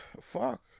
fuck